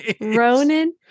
Ronan